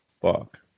fuck